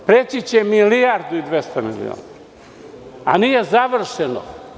Preći će milijardu i 200 miliona, a nije završeno.